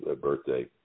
birthday